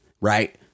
right